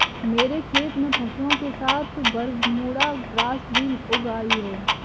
मेरे खेत में फसलों के साथ बरमूडा ग्रास भी उग आई हैं